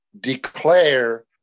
declare